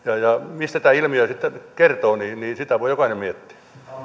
mistä tämä ilmiö sitten kertoo sitä voi jokainen miettiä